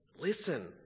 Listen